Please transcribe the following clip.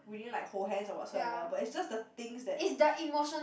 we didn't like hold hands or whatsoever but it's just the things that